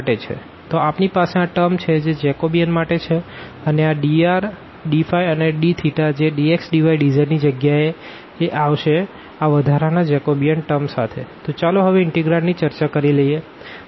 તો આપણી પાસે આ ટર્મ છે જે જેકોબિયન માટે છે અને આ dr d અને d જે dx dy dz ની જગ્યા એ આવશે આ વધારાના જેકોબિયન ટર્મ સાથે તો ચાલો હવે ઇનટેગ્રાંડ ની ચર્ચા કરી લઈએ